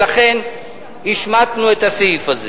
ולכן השמטנו את הסעיף הזה.